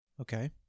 Okay